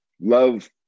love